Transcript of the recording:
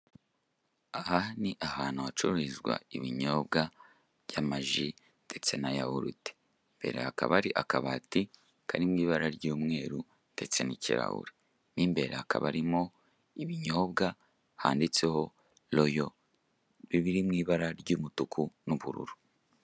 Aha ni ahantu hacururizwa ibinyobwa by'amaji ndetse na yahurute. Imbere hakaba hari akabati kari mu ibara ry'umweru ndetse n'ikirahuri; imbere hakaba harimo ibinyobwa handitseho royo biri mu ibara ry'umutuku n'ubururu.